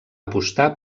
apostar